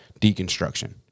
deconstruction